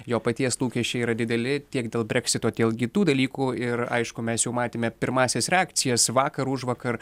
jo paties lūkesčiai yra dideli tiek dėl breksito dėl kitų dalykų ir aišku mes jau matėme pirmąsias reakcijas vakar užvakar